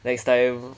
next time